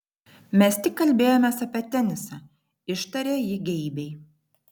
mes tik kalbėjomės apie tenisą ištarė ji geibiai